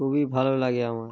খুবই ভালো লাগে আমার